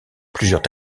plusieurs